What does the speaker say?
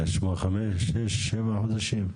חמישה, שישה, שבעה חודשים?